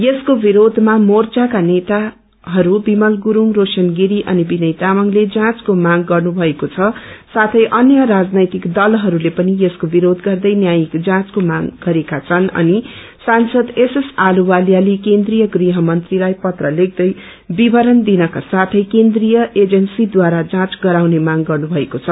यसको विरोधमा मोर्चाका नेताहरू विमल गुरुङ रोशन गिरी अनि विनय तामाङ्ले जाँचको माग गर्नुभएको छ साथै अन्य राजनैतिक दलहरूले पनि यसको विरोष गर्दै न्यायिक जाँचको माग गरेका छन् अनि सांसद एसएस अह्लुवालियाले केन्द्रीय गृह मन्त्रीलाई पत्र लेख्दै विवरण दिनका साथै केन्द्रीय एजेन्सीद्वारा जाँच गराउने माग गर्नु भएको छ